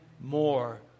more